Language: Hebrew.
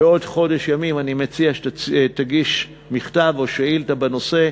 בעוד חודש ימים אני מציע שתגיש מכתב או שאילתה בנושא: